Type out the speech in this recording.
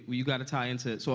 you got to tie into it. so